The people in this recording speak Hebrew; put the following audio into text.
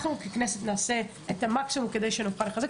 אנחנו ככנסת נעשה את המקסימום כדי שנוכל לחזק,